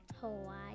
hawaii